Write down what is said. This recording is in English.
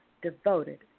devoted